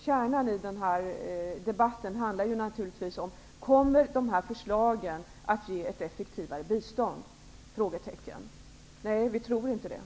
Kärnan i debatten är givetvis: Kommer dessa förslag att ge ett effektivare bistånd? Nej, det tror vi inte.